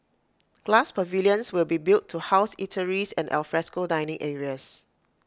glass pavilions will be built to house eateries and alfresco dining areas